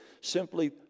simply